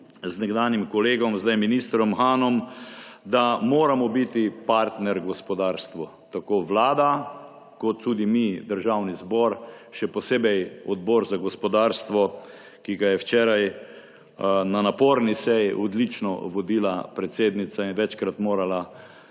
z nekdanjim kolegom, zdaj ministrom Hanom, da moramo biti partner gospodarstvu, tako Vlada kot tudi mi, Državni zbor. Še posebej Odbor za gospodarstvo, ki ga je včeraj na naporni seji odlično vodila predsednica in večkrat morala